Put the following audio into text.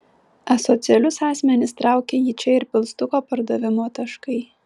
asocialius asmenis traukia į čia ir pilstuko pardavimo taškai